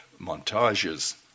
montages